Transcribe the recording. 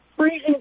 Freezing